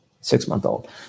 six-month-old